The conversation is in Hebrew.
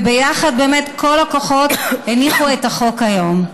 וביחד כל הכוחות הניחו את החוק היום.